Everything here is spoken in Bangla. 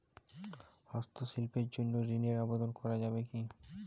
হস্তশিল্পের জন্য ঋনের আবেদন করা যাবে কি?